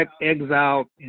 exiled